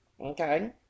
Okay